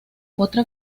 otra